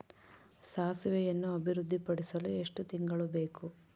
ಸಾಸಿವೆಯನ್ನು ಅಭಿವೃದ್ಧಿಪಡಿಸಲು ಎಷ್ಟು ತಿಂಗಳು ಬೇಕು?